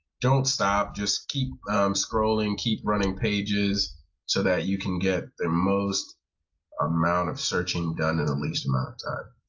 don't stop just keep scrolling, keep running pages so that you can get the most amount of searching done in a least amount of time.